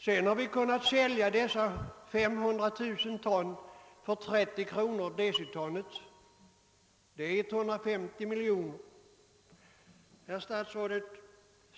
Vidare kan vi sälja 500 000 ton för 30 kronor per deciton vilket gör 150 miljoner kronor. Herr statsråd!